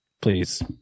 please